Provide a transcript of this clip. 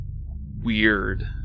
weird